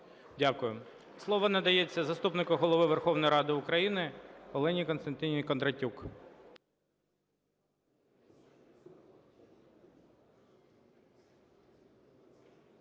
Слово надається заступнику Голови Верховної Ради України Олені Костянтинівні Кондратюк.